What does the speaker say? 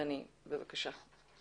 אז בבקשה.